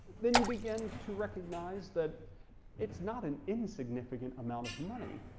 then you begin to recognize that it's not an insignificant amount of money.